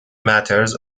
matters